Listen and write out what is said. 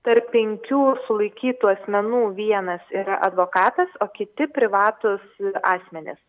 tarp penkių sulaikytų asmenų vienas yra advokatas o kiti privatūs asmenys